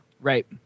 Right